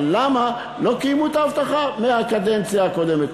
אבל למה לא קיימו את ההבטחה מהקדנציה הקודמת?